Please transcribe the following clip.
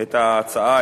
את ההצעה,